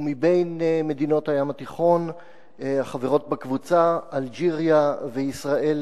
ומבין מדינות הים התיכון חברות בקבוצה אלג'יריה וישראל,